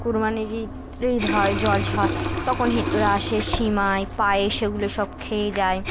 কুরবানির ঈদ ঈদ হয় জলসা হয় তখন হিন্দুরা আসে সেমাই পায়েস সেগুলো সব খেয়ে যায়